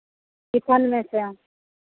chiffon में से